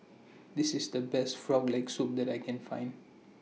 This IS The Best Frog Leg Soup that I Can Find